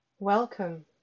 welcome